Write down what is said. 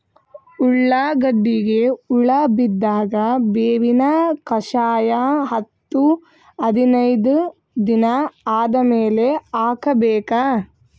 ಉಳ್ಳಾಗಡ್ಡಿಗೆ ಹುಳ ಬಿದ್ದಾಗ ಬೇವಿನ ಕಷಾಯ ಹತ್ತು ಹದಿನೈದ ದಿನ ಆದಮೇಲೆ ಹಾಕಬೇಕ?